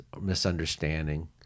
misunderstanding